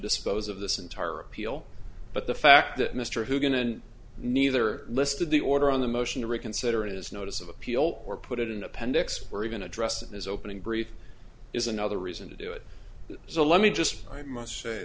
dispose of this entire appeal but the fact that mr hu going to and neither listed the order on the motion to reconsider is notice of appeal or put it in appendix or even addressed in his opening brief is another reason to do it so let me just i must say